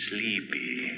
Sleepy